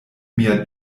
mia